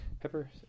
Pepper